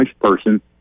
person